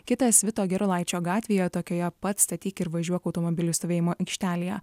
kitas vito gerulaičio gatvėje tokioje pat statyk ir važiuok automobilių stovėjimo aikštelėje